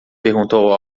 perguntou